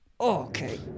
Okay